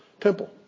temple